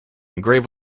grave